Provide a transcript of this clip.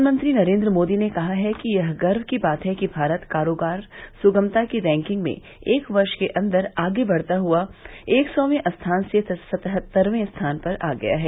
प्रधानमंत्री नरेन्द्र मोदी ने कहा है कि यह गर्व की बात है कि भारत कारोबार सुगमता की रैंकिंग में एक वर्ष के अंदर आगे बढ़ता हुआ एक सौवें स्थान से सतहत्तरवें स्थान पर आ गया है